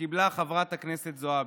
שקיבלה חברת הכנסת זועבי.